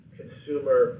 consumer